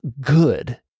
good